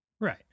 right